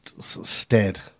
stead